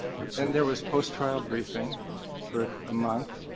then there was post-trial briefing for a month.